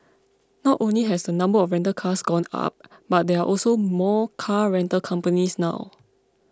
not only has the number of rental cars gone up but there are also more car rental companies now